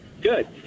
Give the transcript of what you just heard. good